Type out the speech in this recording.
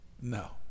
No